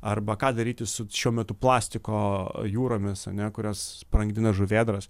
arba ką daryti su šiuo metu plastiko jūromis ane kurios sprangdina žuvėdras